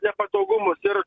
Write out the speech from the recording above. nepatogumus ir